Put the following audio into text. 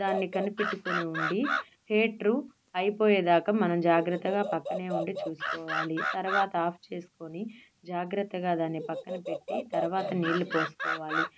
దాన్ని కనిపెట్టుకుని ఉండి హీటరు అయిపోయేదాకా మనం జాగ్రత్తగా పక్కనే ఉండి చూసుకోవాలి తర్వాత ఆఫ్ చేసుకొని జాగ్రత్తగా దాన్ని పక్కన పెట్టి తర్వాత నీళ్ళు పోసుకోవాలి